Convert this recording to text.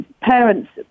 parents